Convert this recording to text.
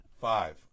Five